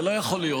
זה לא יכול להיות,